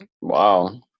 Wow